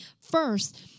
first